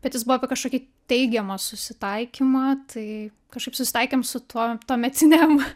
bet jis buvo apie kažkokį teigiamą susitaikymą tai kažkaip susitaikėm su tuo tuometinėm